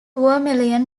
vermilion